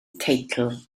teitl